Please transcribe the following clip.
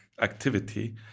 activity